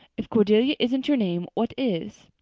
if cordelia isn't your name, what is?